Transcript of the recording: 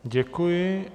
Děkuji.